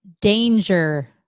Danger